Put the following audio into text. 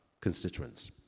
constituents